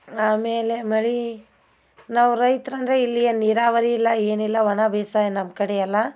ಆಮೇಲೆ ಮಳೆ ನಾವು ರೈತ್ರು ಅಂದರೆ ಇಲ್ಲಿಯ ನೀರಾವರಿ ಇಲ್ಲ ಏನಿಲ್ಲ ಒಣ ಬೇಸಾಯ ನಮ್ಮ ಕಡೆಯೆಲ್ಲ